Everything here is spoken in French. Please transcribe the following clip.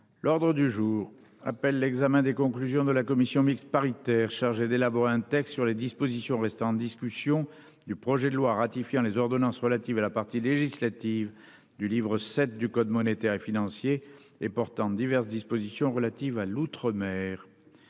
L’ordre du jour appelle l’examen des conclusions de la commission mixte paritaire chargée d’élaborer un texte sur les dispositions restant en discussion du projet de loi ratifiant les ordonnances relatives à la partie législative du livre VII du code monétaire et financier et portant diverses dispositions relatives à l’outre mer